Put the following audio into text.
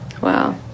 Wow